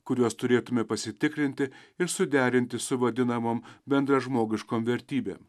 kuriuos turėtume pasitikrinti ir suderinti su vadinamom bendražmogiškom vertybėm